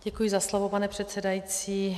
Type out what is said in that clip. Děkuji za slovo, pane předsedající.